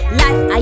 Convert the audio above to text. life